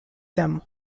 them